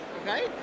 Okay